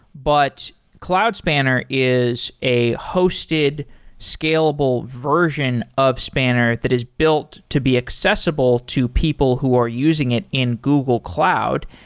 but cloud spanner is a hosted scalable version of spanner that is built to be accessible to people who are using it in google cloud.